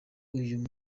uyu